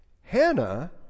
Hannah